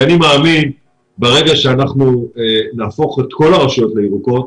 אני מאמין שברגע שאנחנו נהפוך את כל הרשויות לירוקות,